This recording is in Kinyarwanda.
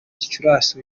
gicurasi